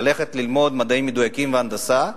ללכת ללמוד מדעים מדויקים והנדסה.